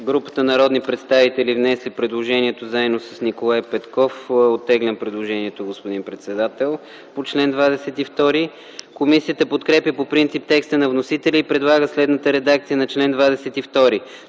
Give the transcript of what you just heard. групата народни представители, внесли предложението заедно с Николай Петков, оттеглям предложението, господин председател. Комисията подкрепя по принцип текста на вносителя и предлага следната редакция на чл. 22: